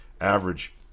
average